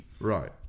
Right